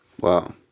Wow